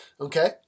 okay